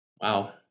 Wow